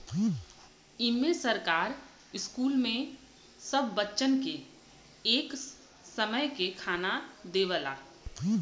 इम्मे सरकार स्कूल मे सब बच्चन के एक समय के खाना देवला